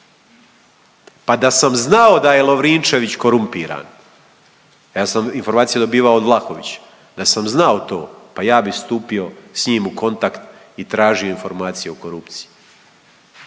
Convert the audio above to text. Pa da sam znao da je Lovrinčević korumpiran, ja sam informacije dobivao od Vlahovića, da sam znao to pa ja bi stupio s njim u kontakt i tražio informacije o korupciji.